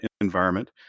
environment